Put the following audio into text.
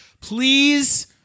Please